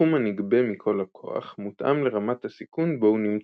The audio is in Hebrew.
הסכום הנגבה מכל לקוח מותאם לרמת הסיכון בו הוא נמצא,